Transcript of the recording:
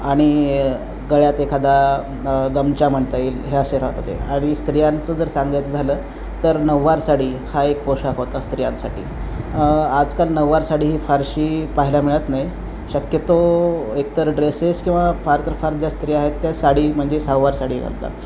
आणि गळ्यात एखादा गमछा म्हणता येईल ह्या असे राहत होतं आणि स्त्रियांचं जर सांगायचं झालं तर नऊवार साडी हा एक पोशाख होता स्त्रियांसाठी आजकाल नऊवार साडी ही फारशी पाहायला मिळत नाही शक्यतो एकतर ड्रेसेस किंवा फार तर फार ज्या स्त्रिया आहेत त्या साडी म्हणजे सहावार साडी घालतात